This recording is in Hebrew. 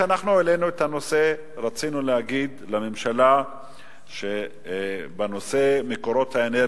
כשאנחנו העלינו את הנושא רצינו להגיד לממשלה שבנושא מקורות האנרגיה,